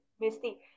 Misty